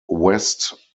west